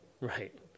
Right